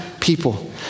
people